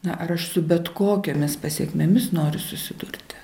na ar aš su bet kokiomis pasekmėmis noriu susidurti